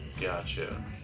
Gotcha